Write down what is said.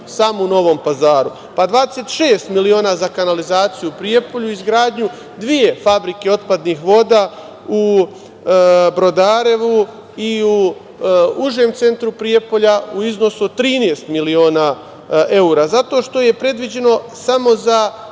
samo u Novom Pazaru, pa 26 miliona za kanalizaciju u Prijepolju i izgradnju dve fabrike otpadnih voda u Brodarevu i u užem centru Prijepolja u iznosu od 13 miliona evra, zato što je predviđeno samo za